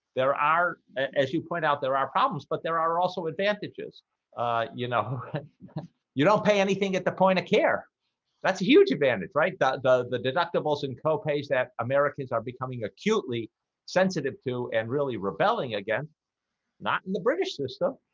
there are as you point out there are problems, but there are also advantages you know you don't pay anything at the point of care that's a huge advantage right the the deductibles and co-pays that americans are becoming acutely sensitive to and really rebelling again not in the british system,